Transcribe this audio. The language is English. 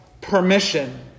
permission